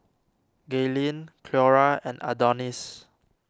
Gaylene Cleora and Adonis